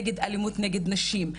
נגד אלימות נגד נשים,